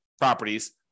properties